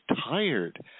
tired